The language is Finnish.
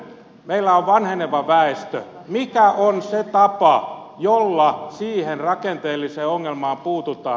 meillä on vanheneva väestö mikä on se tapa jolla siihen rakenteelliseen ongelmaan puututaan